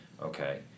Okay